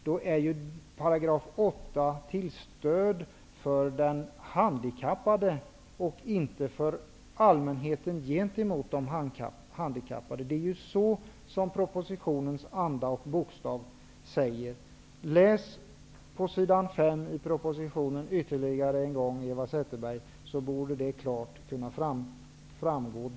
Då är 8 § till stöd för den handikappade och inte för allmänheten gentemot de handikappade. Det är ju så propositionens anda och bokstav säger. Läs på s. 5 i propositionen ytterligare en gång, Eva Zetterberg, för där framgår detta klart.